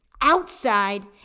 outside